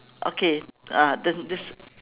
okay uh then this